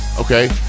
okay